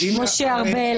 משה ארבל,